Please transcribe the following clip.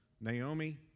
Naomi